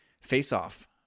face-off